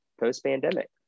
post-pandemic